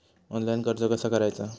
Online कर्ज कसा करायचा?